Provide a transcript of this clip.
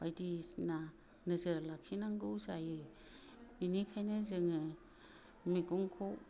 बायदिसिना नोजोर लाखिनांगौ जायो बिनिखायनो जोङो मैगंखौ